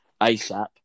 ASAP